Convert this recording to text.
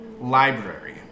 library